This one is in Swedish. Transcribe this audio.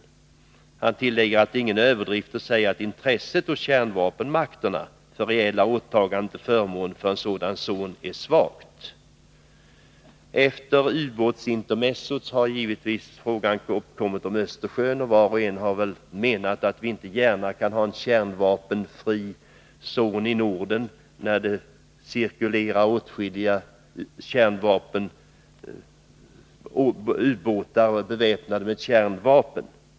Utrikesministern tillade: ”Det är ingen överdrift att säga att intresset hos kärnvapenmakterna för reella åtaganden till förmån för en sådan zon är svagt.” Efter ubåtsintermezzot har givetvis frågan om Östersjön blivit aktuell, och var och en har väl menat att vi inte gärna kan ha en kärnvapenfri zon i Norden när det där cirkulerar åtskilliga ubåtar bestyckade med kärnvapen.